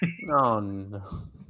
No